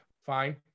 Fine